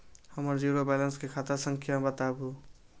हमर zero balance के खाता संख्या बतबु?